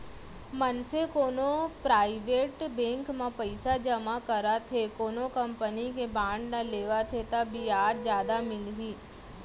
मनसे कोनो private bank म पइसा जमा करत हे कोनो कंपनी के बांड ल लेवत हे ता बियाज जादा मिलही